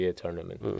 tournament 。